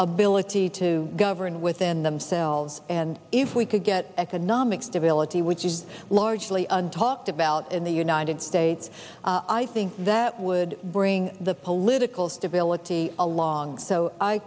ability to govern within themselves and if we could get economic stability which is largely an talked about in the united states i think that would bring the political stability along so i